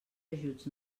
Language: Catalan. ajuts